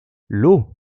l’eau